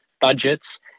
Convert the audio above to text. budgets